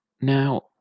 Now